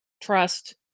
trust